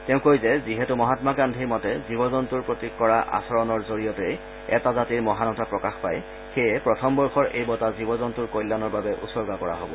তেওঁ কয় যে যিহেতু মহামা গান্ধীৰ মতে জীৱ জন্তৰ প্ৰতি কৰা আচৰণৰ জৰিয়তেই এটা জাতিৰ মহানতা প্ৰকাশ পায় সেয়ে প্ৰথম বৰ্ষৰ এই বঁটা জীৱ জন্তুৰ কল্যাণৰ বাবে উচৰ্গা কৰা হব